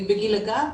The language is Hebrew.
בגיל הגן,